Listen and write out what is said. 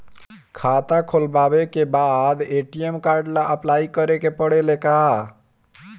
खाता खोलबाबे के बाद ए.टी.एम कार्ड ला अपलाई करे के पड़ेले का?